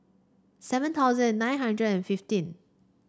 seven thousand nine hundred and fifteen